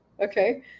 okay